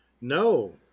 No